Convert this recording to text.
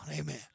Amen